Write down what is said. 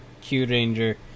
Q-Ranger